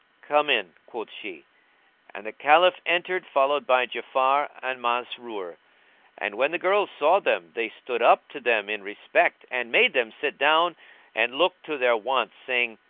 come in, quoth she and the caliph entered followed by ja'afar and masrur and when the girls saw them they stood up to them in respect and made them sit down and looked to their wants, saying,